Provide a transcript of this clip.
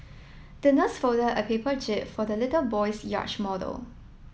the nurse folded a paper jib for the little boy's yacht model